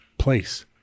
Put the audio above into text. Place